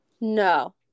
No